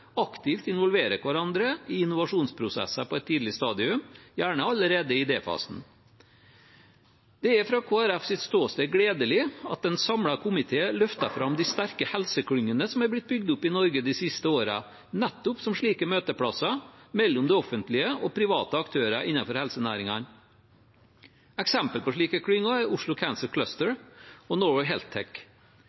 aktivt involverer hverandre i innovasjonsprosesser på et tidlig stadium, gjerne allerede i idéfasen. Det er fra Kristelig Folkepartis ståsted gledelig at en samlet komité løfter fram de sterke helseklyngene som er blitt bygd opp i Norge de siste årene, nettopp som slike møteplasser mellom det offentlige og private aktører innen helsenæringen. Eksempler på slike klynger er Oslo Cancer Cluster og Norway